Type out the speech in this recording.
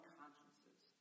consciences